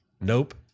Nope